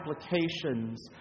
applications